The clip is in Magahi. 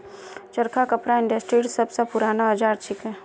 चरखा कपड़ा इंडस्ट्रीर सब स पूराना औजार छिके